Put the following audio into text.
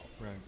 right